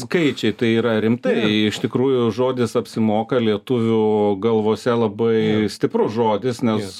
skaičiai tai yra rimtai iš tikrųjų žodis apsimoka lietuvių galvose labai stiprus žodis nes